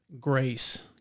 grace